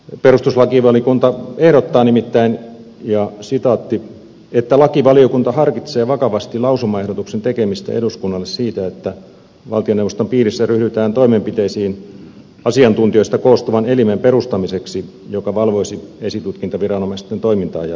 perustuslakivaliokunta ehdottaa nimittäin että lakivaliokunta harkitsee vakavasti lausumaehdotuksen tekemistä eduskunnalle siitä että valtioneuvoston piirissä ryhdytään toimenpiteisiin asiantuntijoista koostuvan elimen perustamiseksi joka valvoisi esitutkintaviranomaisten toimintaa ja pakkokeinojen käyttöä